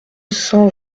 cent